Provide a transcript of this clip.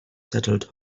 settled